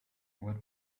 what